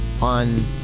on